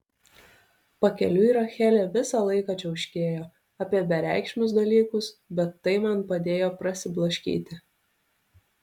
pakeliui rachelė visą laiką čiauškėjo apie bereikšmius dalykus bet tai man padėjo prasiblaškyti